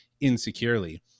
insecurely